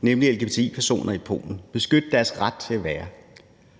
nemlig lgbti-personer i Polen, beskytte deres ret til at være.